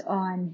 on